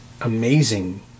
amazing